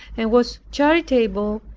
and was charitable,